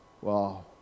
wow